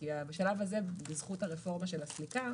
כי בשלב הזה בזכות הרפורמה של הסליקה